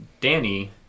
Danny